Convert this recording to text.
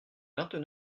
vingt